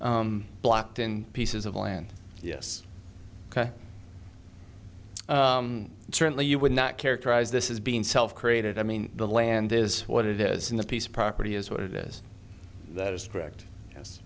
than blocked in pieces of land yes certainly you would not characterize this is being self created i mean the land is what it is in the piece of property is what it is that is correct yes